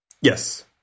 yes